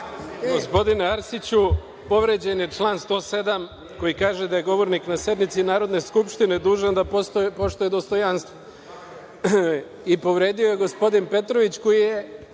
Gospodine Arsiću, povređen je član 107, koji kaže da je govornik na sednici Narodne skupštine dužan da poštuje dostojanstvo i povredio ga je gospodin Petrović, koji je